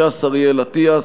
ש"ס: אריאל אטיאס.